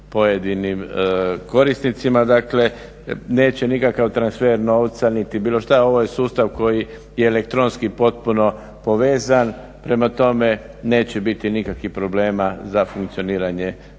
pojedinim korisnicima. Dakle, neće nikakav transfer novca niti bilo šta, ovo je sustav koji je elektronski potpuno povezan. Prema tome, neće biti nikakvih problema za funkcioniranje